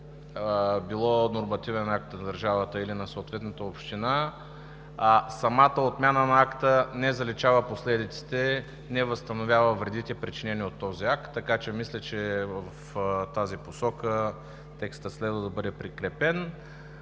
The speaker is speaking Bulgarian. било нормативен акт на държавата или на съответната община, самата отмяна не заличава последиците, не възстановява вредите, причинени от този акт. Мисля, че в тази посока текстът следва да бъде подкрепен.